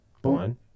One